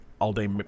all-day